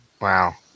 Wow